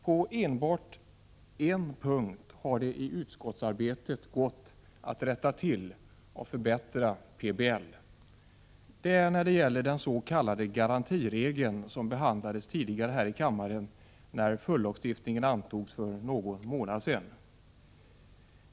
På enbart en punkt har det i utskottsarbetet gått att rätta till och förbättra PBL, nämligen i fråga om den s.k. garantiregeln, som behandlades här i kammaren när följdlagstiftningen antogs för någon månad sedan.